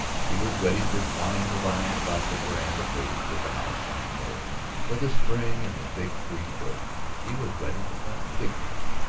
he was ready to twine the vine about the veranda posts of the house on the knoll where the spring and the big trees were, she was ready to plant the fig-tree.